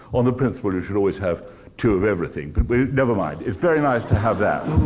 on the principle you should always have two of everything. but but never mind. it's very nice to have that.